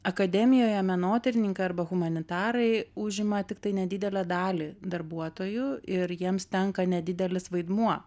akademijoje menotyrininkai arba humanitarai užima tiktai nedidelę dalį darbuotojų ir jiems tenka nedidelis vaidmuo